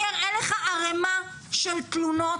אני אראה לך ערימה של תלונות.